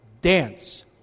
dance